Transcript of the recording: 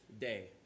day